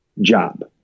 job